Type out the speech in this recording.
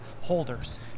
holders